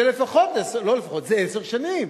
זה עשר שנים.